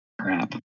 Crap